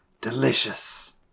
delicious